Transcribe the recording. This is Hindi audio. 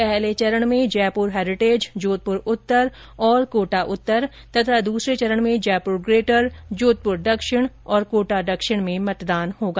पहले चरण में जयपुर हैरीटेज जोधपुर उत्तर और कोटा उत्तर तथा दूसरे चरण में जयपुर ग्रेटर जोधपुर दक्षिण और कोटा दक्षिण में मतदान होगा